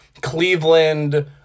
Cleveland